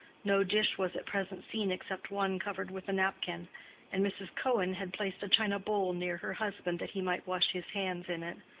no dish was at present seen except one covered with a napkin and mrs. cohen had placed a china bowl near her husband that he might wash his hands in it.